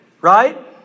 Right